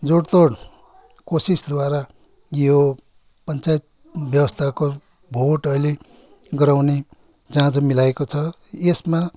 जोडतोड कोसिसद्वारा यो पञ्चायत व्यावस्थाको भोट अहिले गराउने चाँजो मिलाइएको छ यसमा